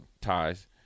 ties